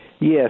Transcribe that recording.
Yes